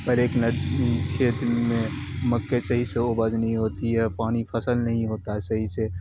پہلے ایک کھیت میں مکے صحیح سے اپج نہیں ہوتی ہے پانی فصل نہیں ہوتا ہے صحیح سے